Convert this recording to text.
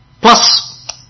Plus